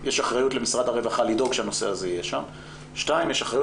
1. יש אחריות למשרד הרווחה לדאוג שהנושא יהיה שם 2. יש אחריות